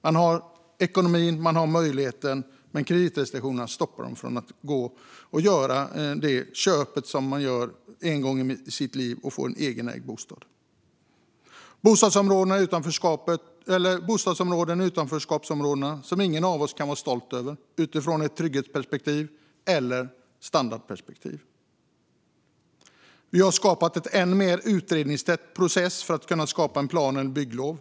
De har ekonomin, de har möjligheten, men kreditrestriktionerna stoppar dem från att göra köpet som man gör en gång i livet och få en egenägd bostad. Vi har bostadsområden i utanförskapsområden som ingen av oss kan vara stolt över utifrån ett trygghetsperspektiv eller ett standardperspektiv. Vi har skapat en ännu mer utredningstät process för plan eller bygglov.